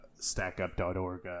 stackup.org